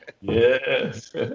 Yes